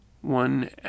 one